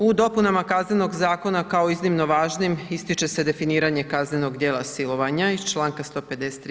U dopunama Kaznenog zakona kao iznimno važnim ističe se definiranje kaznenog djela silovanja iz članka 153.